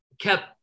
kept